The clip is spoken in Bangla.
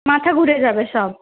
মাথা ঘুরে যাবে সব